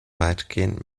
weitgehend